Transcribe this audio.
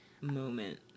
moment